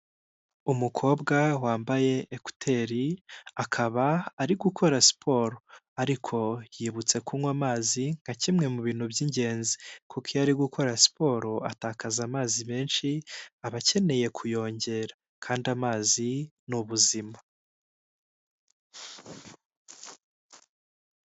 Umukobwa wambaye ekuteri, akaba ari gukora siporo ariko yibutse kunywa amazi nka kimwe mu bintu by'ingenzi kuko iyo ari gukora siporo atakaza amazi menshi aba akeneye kuyongera kandi amazi ni ubuzima.